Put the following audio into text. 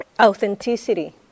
Authenticity